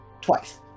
twice